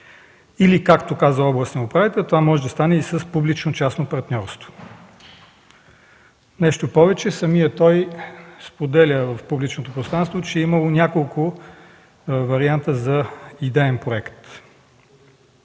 или както каза областният управител, това може да стане и с публично-частно партньорство. Нещо повече, самият той споделя в публичното пространство, че имало няколко варианта за идеен проект.